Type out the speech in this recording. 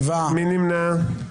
מי נמנע?